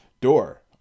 door